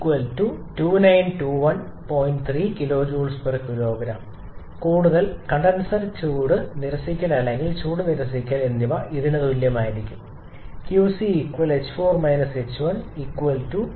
3 𝑘𝐽 kg കൂടാതെ condenser ചൂട് നിരസിക്കൽ അല്ലെങ്കിൽ ചൂട് നിരസിക്കൽ എന്നിവ ഇതിന് തുല്യമായിരിക്കും 𝑞𝐶 ℎ4 ℎ1 1944